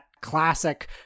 classic